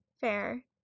Fair